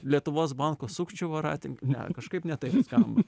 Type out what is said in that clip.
lietuvos banko sukčių voratink ne kažkaip ne taip skam